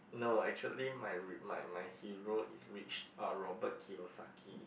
no actually my r~ my my hero is rich uh Robert-Kirosaki